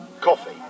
Coffee